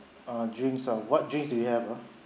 uh drinks ah what drinks do you have ah